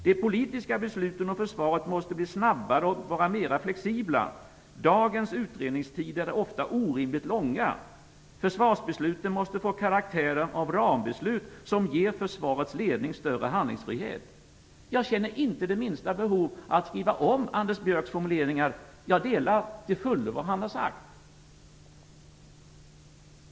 De politiska besluten om försvaret måste bli snabbare och vara mera flexibla. Dagens utredningstider är ofta orimligt långa. Försvarsbesluten måste få karaktären av rambeslut som ger försvarets ledning större handlingsfrihet. Jag känner inte det minsta behov att ändra Anders Björcks formuleringar. Jag delar till fullo vad han har sagt.